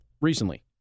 recently